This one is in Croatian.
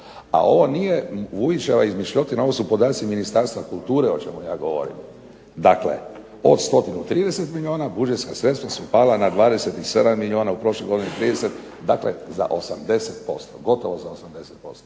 A ovo nije Vujićeva izmišljotina, ovo su podaci Ministarstva kulture o čemu ja govorim. Dakle, od 130 milijuna budžetska sredstava su pala na 27 milijuna, u prošloj godini 30, dakle gotovo za 80%.